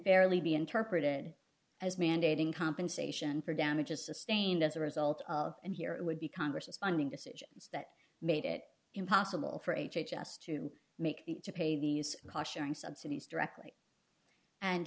fairly be interpreted as mandating compensation for damages sustained as a result of and here it would be congress's funding decisions that made it impossible for h h s to make the to pay these cautioning subsidies directly and